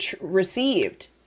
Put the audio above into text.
received